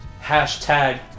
hashtag